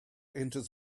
enters